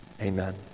Amen